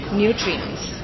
nutrients